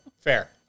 Fair